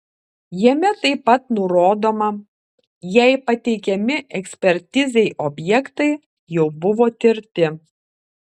jame taip pat nurodoma jei pateikiami ekspertizei objektai jau buvo tirti